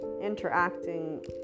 interacting